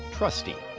trusty.